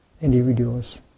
individuals